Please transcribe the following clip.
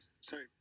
sorry